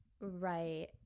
Right